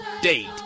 Date